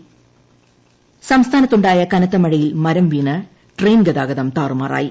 train ഗതാഗതം സംസ്ഥാനത്തുണ്ടായ കനത്ത മഴയിൽ മരം വീണ് ട്രെയിൻ ഗതാഗതം താറുമാറായി